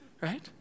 Right